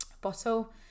bottle